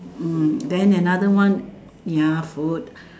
mm then another one ya food